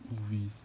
risk